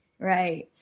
Right